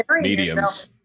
mediums